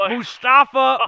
Mustafa